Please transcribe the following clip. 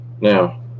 Now